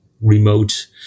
remote